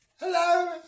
hello